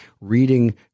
reading